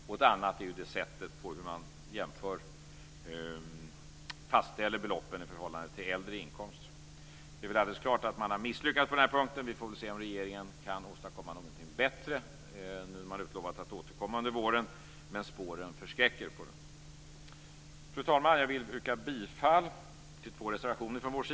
Den andra saken är sättet på vilket man fastställer belopp i förhållande till tidigare inkomster. Det är väl alldeles klart att man har misslyckats på den här punkten. Vi får se om regeringen kan åstadkomma någonting bättre. Nu har man utlovat att återkomma under våren, men spåren förskräcker. Fru talman! Jag vill yrka bifall till två reservationer.